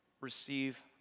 receive